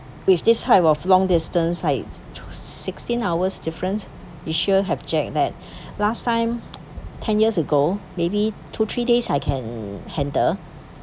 with this type of long distance like sixteen hours difference we sure have jet lag last time ten years ago maybe two three days I can handle